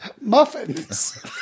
muffins